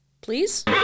please